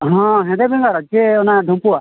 ᱦᱮᱸ ᱦᱮᱸᱫᱮ ᱵᱮᱲᱟᱲ ᱥᱮ ᱰᱷᱩᱢᱯᱩᱣᱟᱜ